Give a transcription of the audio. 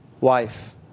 wife